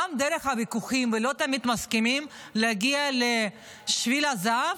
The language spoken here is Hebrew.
גם דרך הוויכוחים ולא תמיד מסכימים להגיע לשביל הזהב,